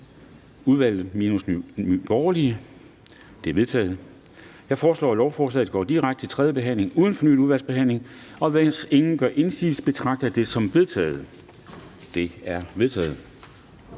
udvalget minus Nye Borgerlige. De er vedtaget. Jeg foreslår, at lovforslaget går direkte til tredje behandling uden fornyet udvalgsbehandling. Hvis ingen gør indsigelse, betragter jeg det som vedtaget. Det er vedtaget.